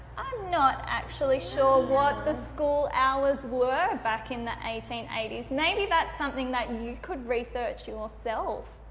i'm not actually sure what the school hours were back in the eighteen eighty s, maybe that's something that you could research yourself.